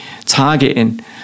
targeting